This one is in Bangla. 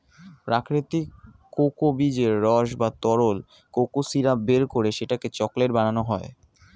প্রাকৃতিক কোকো বীজের রস বা তরল কোকো সিরাপ বের করে সেটাকে চকলেট বানানো হয়